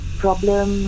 problem